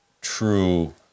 true